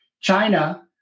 China